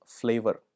flavor